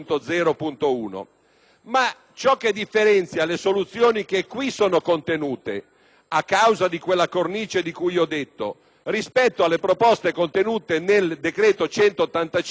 ma ciò che differenzia le soluzioni qui contenute, a causa della cornice di cui ho detto, rispetto alle proposte contenute nel decreto n. 185, è che